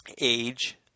age